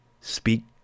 Speak